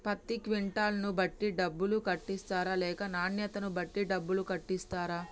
పత్తి క్వింటాల్ ను బట్టి డబ్బులు కట్టిస్తరా లేక నాణ్యతను బట్టి డబ్బులు కట్టిస్తారా?